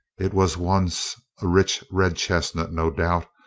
it was once a rich red-chestnut, no doubt,